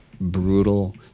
brutal